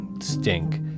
stink